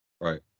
Right